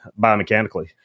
biomechanically